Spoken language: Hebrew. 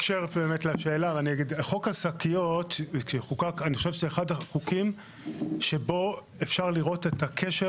חוק השקיות הוא אחד החוקים שבו אפשר לראות את הקשר